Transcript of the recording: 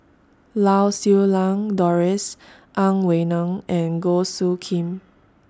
Lau Siew Lang Doris Ang Wei Neng and Goh Soo Khim